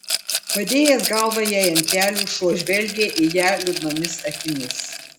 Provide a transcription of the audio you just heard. padėjęs galvą jai ant kelių šuo žvelgė į ją liūdnomis akimis